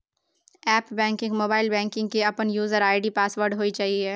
app banking, mobile banking के अपन user ID password होय चाहिए